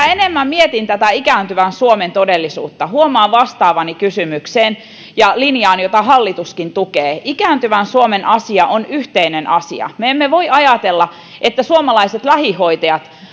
enemmän mietin tätä ikääntyvän suomen todellisuutta huomaan vastaavani kysymykseen että linja jota hallituskin tukee ikääntyvän suomen asia on yhteinen asia me emme voi ajatella että suomalaiset lähihoitajat